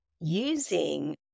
using